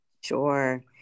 Sure